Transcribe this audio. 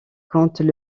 comptent